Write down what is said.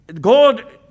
God